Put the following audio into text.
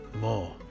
more